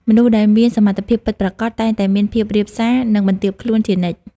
មនុស្សដែលមានសមត្ថភាពពិតប្រាកដ តែងតែមានភាពរាបសារ និងបន្ទាបខ្លួនជានិច្ច។